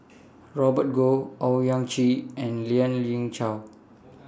Robert Goh Owyang Chi and Lien Ying Chow